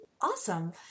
Awesome